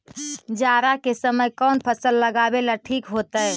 जाड़ा के समय कौन फसल लगावेला ठिक होतइ?